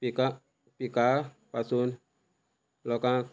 पिकां पिकां पासून लोकांक